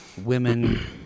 women-